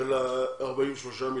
של ה-43 מיליון,